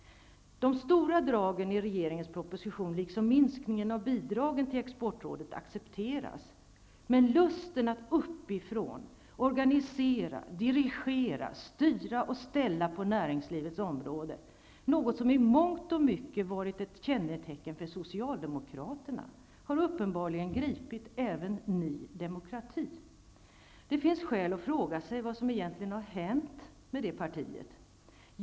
De stora dragen i regeringens proposition liksom minskningen av bidragen till exportrådet accepteras. Men lusten att uppifrån organisera, dirigera, styra och ställa på näringslivets område, något som i mångt och mycket varit ett kännetecken för Socialdemokraterna, har uppenbarligen gripit även Ny demokrati. Nog finns det skäl att fråga sig vad som egentligen hänt med det partiet.